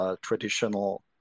traditional